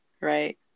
Right